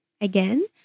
Again